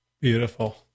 Beautiful